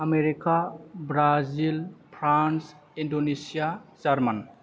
America Brazil France Indonesia German